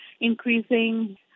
increasing